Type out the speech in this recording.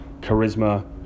charisma